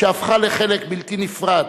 שהפכה לחלק בלתי נפרד